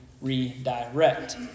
redirect